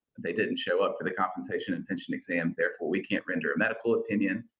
they didn't show up for the compensation and pension exam. therefore we can't render a medical opinion,